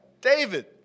David